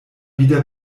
wieder